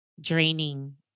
draining